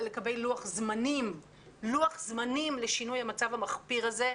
צריך גם לקבל לוח זמנים לשינוי המצב המחפיר הזה,